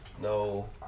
No